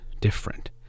different